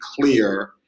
clear